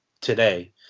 today